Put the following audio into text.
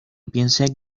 piense